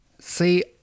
see